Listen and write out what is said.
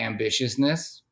ambitiousness